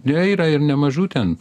ne yra ir nemažų ten